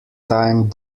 time